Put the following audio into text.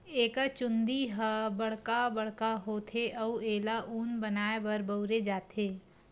एकर चूंदी ह बड़का बड़का होथे अउ एला ऊन बनाए बर बउरे जाथे